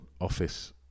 office